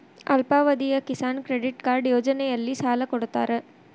ಅಲ್ಪಾವಧಿಯ Kisan credit card ಯೋಜನೆಯಲ್ಲಿಸಾಲ ಕೊಡತಾರ